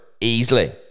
easily